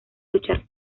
luchar